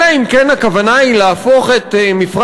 אלא אם כן הכוונה היא להפוך את מפרץ